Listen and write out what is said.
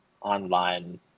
online